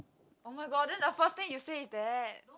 oh-my-god then the first thing you say is that